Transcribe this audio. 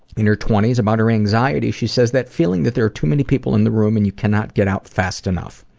in her twenties. about her anxiety, she says, that feeling that there are too many people in the room and you cannot get out fast enough.